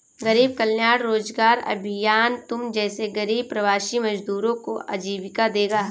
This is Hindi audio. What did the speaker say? गरीब कल्याण रोजगार अभियान तुम जैसे गरीब प्रवासी मजदूरों को आजीविका देगा